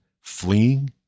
fleeing